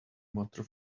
motor